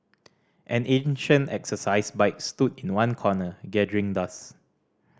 an ancient exercise bike stood in one corner gathering dust